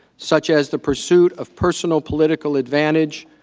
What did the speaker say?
such as the pursuit of personal political advantage,